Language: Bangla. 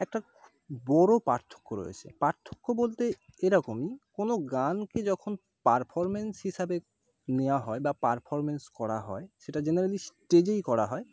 একটা খুব বড় পার্থক্য রয়েছে পার্থক্য বলতে এরকমই কোনও গানকে যখন পারফর্ম্যান্স হিসাবে নেওয়া হয় বা পারফর্ম্যান্স করা হয় সেটা জেনারেলি স্টেজেই করা হয়